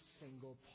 single